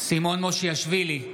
סימון מושיאשוילי,